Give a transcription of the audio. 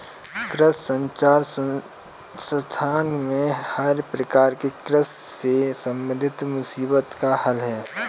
कृषि संचार संस्थान में हर प्रकार की कृषि से संबंधित मुसीबत का हल है